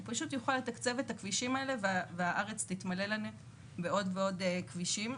הוא פשוט יוכל לתקצב את הכבישים האלה והארץ תתמלא לנו בעוד ועוד כבישים.